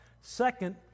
Second